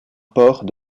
porc